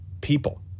people